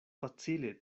facile